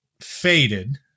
faded